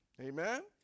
Amen